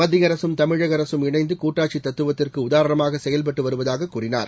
மத்திய அரசும் தமிழக அரசும் இணைந்து கூட்டாட்சி தத்துவத்திற்கு உதாரணமாக செயல்பட்டு வருவதாக கூறினார்